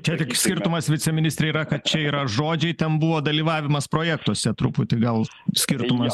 čia tik skirtumas viceministre yra kad čia yra žodžiai ten buvo dalyvavimas projektuose truputį gal skirtumas